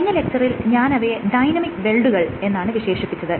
കഴിഞ്ഞ ലെക്ച്ചറിൽ ഞാൻ അവയെ ഡൈനാമിക് വെൽഡുകൾ എന്നാണ് വിശേഷിപ്പിച്ചത്